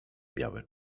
białe